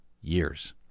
years